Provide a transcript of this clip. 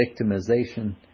victimization